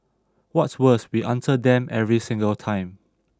what's worse we answer them every single time